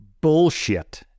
bullshit